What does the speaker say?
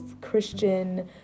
Christian